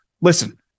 Listen